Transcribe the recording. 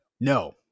No